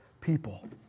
people